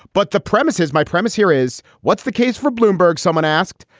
but the premises, my premise here is what's the case for bloomberg someone asked.